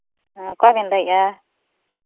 ᱚᱠᱚᱭ ᱵᱤᱱ ᱞᱟᱹᱭᱮᱫᱼᱟ